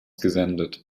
gesendet